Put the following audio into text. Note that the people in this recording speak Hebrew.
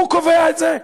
הוא קובע את זה?